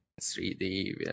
3D